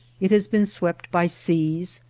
it has been swept by seas,